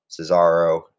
Cesaro